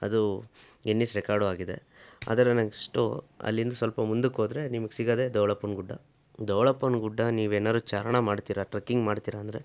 ಅದು Guinness record ಆಗಿದೆ ಅದರ ನೆಕ್ಸ್ಟು ಅಲ್ಲಿಂದ ಸ್ವಲ್ಪ ಮುಂದಕ್ಕೆ ಹೋದ್ರೆ ನಿಮ್ಗೆ ಸಿಗೋದೆ ಧವಳಪ್ಪನ ಗುಡ್ಡ ಧವಳಪ್ಪನ ಗುಡ್ಡ ನೀವೆನಾರು ಚಾರಣ ಮಾಡ್ತೀರಿ ಟ್ರಕ್ಕಿಂಗ್ ಮಾಡ್ತೀರಿ ಅಂದರೆ